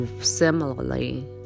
similarly